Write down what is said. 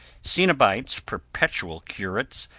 cenobites, perpetual curates,